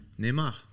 Neymar